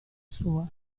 sua